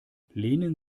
lehnen